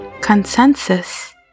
Consensus